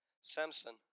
Samson